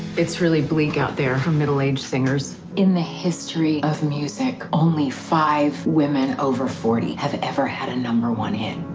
it's really bleak out there for middle-aged singers. in the history of music, only five women over forty have ever had a number one hit,